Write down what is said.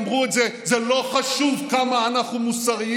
אמרו את זה: זה לא חשוב כמה אנחנו מוסריים,